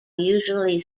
usually